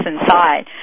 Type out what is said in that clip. inside